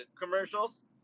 commercials